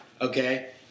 okay